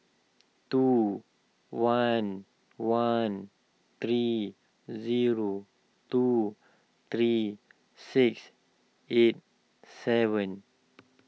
two one one three zero two three six eight seven